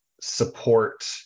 support